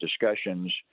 discussions